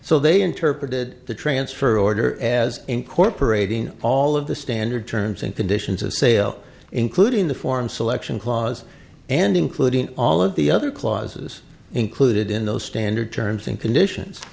so they interpreted the transfer order as incorporating all of the standard terms and conditions of sale including the form selection clause and including all of the other clauses included in those standard terms and conditions